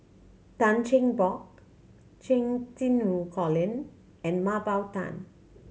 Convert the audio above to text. Tan Cheng Bock Cheng Xinru Colin and Mah Bow Tan